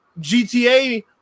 gta